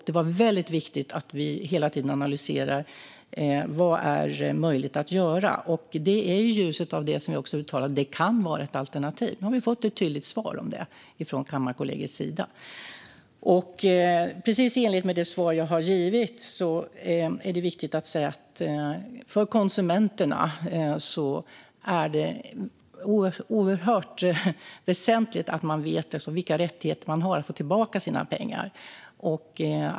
Det är mycket viktigt att vi hela tiden analyserar vad som är möjligt att göra. Det är i ljuset av detta som vi också har uttalat att det kan vara ett alternativ. Nu har vi fått ett tydligt svar på det från Kammarkollegiets sida. Precis i enlighet med det svar som jag har gett är det viktigt att säga att det är oerhört väsentligt att konsumenterna vet vilka rättigheter de har när det gäller att få tillbaka sina pengar.